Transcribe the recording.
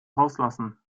rauslassen